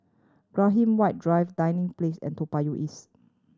Graham White Drive Dinding Place and Toa Payoh East